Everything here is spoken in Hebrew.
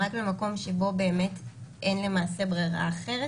רק במקום שבו באמת אין למעשה ברירה אחרת,